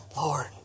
Lord